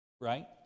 right